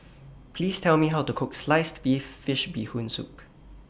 Please Tell Me How to Cook Sliced Fish Bee Hoon Soup